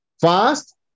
Fast